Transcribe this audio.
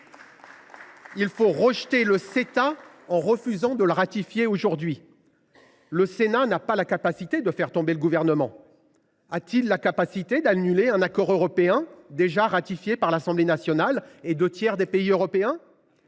il faudrait rejeter le Ceta, en refusant de le ratifier aujourd’hui. Le Sénat n’a pas la capacité de faire tomber le Gouvernement. A t il la capacité d’annuler un accord européen déjà ratifié par l’Assemblée nationale et par deux tiers des pays européens ?